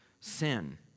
sin